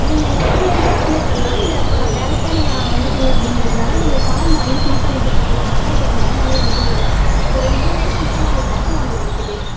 நீங்கள் நீ ஆன்லைனில் அப்ளே பண்ணலாம் இல்லை இப்போ டேரக்ட்டாக நீங்கள் வந்துவிட்டிங்க அப்படிங்கிறதனால நீங்கள் ஃபார்ம் வாங்கி ஃபில் பண்ணி கொடுத்துட்டு போய்ட்டிங்கன்னால் உங்களுக்கு மொதல் நாளே வந்து ஒரு ரெண் டூ டேஸ்க்கு முன்னாடியே உங்களுக்கு லெட்டர் வந்துடும் வீட்டுக்கு